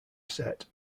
set